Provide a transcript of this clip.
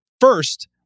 first